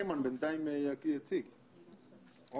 אולי איימן יציג בינתיים.